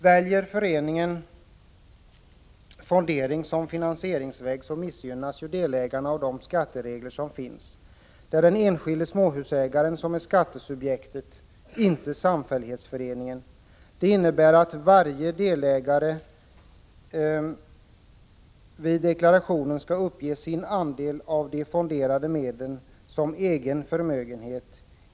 Väljer föreningen fondering som finansieringsväg, missgynnas delägarna av de skatteregler som finns. Det är den enskilde småhusägaren som är skattesubjektet, inte samfällighetsföreningen. Detta innebär att varje delägare i deklarationen skall uppge sin andel av de fonderade medlen som egen förmögenhet.